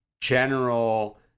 general